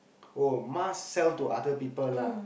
oh must sell to other people lah